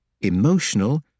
emotional